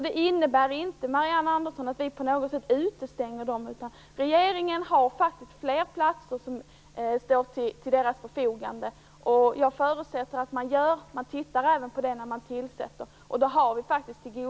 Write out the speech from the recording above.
Det innebär alltså inte, Marianne Andersson, att vi på något sätt utestänger dem. Det står faktiskt platser till deras förfogande. Jag förutsätter att regeringen tittar på detta när platserna tillsätts.